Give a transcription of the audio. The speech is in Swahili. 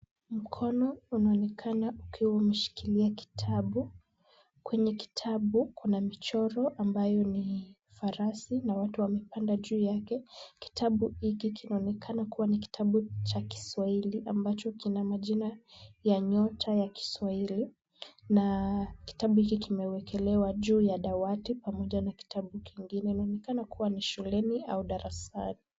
Mkono unaonekana ukiwa umeshikilia kitabu. Kwenye kitabu kuna michoro ambayo ni farasi na watu wamepanda juu yake. Kitabu hiki kinaonekana kuwa ni kitabu cha kiswahili, ambacho kina majina ya nyota ya kiswahili na kitabu hiki kimewekelewa juu ya dawati pamoja na kitabu kingine. Inaonekana kuwa ni shuleni au darasani.